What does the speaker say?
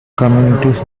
communities